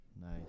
Nice